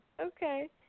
Okay